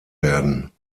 werden